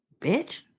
Bitch